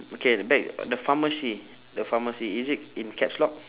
okay back the pharmacy the pharmacy is it in caps lock